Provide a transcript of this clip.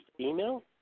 email